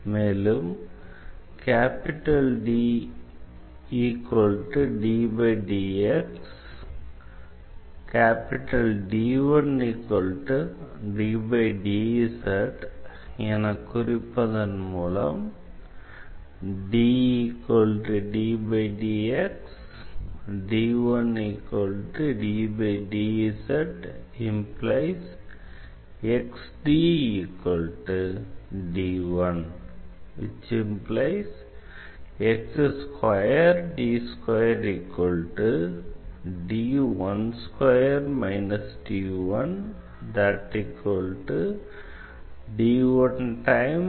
மேலும் என குறிப்பதன் மூலம் vlcsnap 2019 04 15 10h37m43s320